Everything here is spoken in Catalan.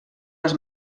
les